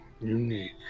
unique